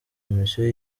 komisiyo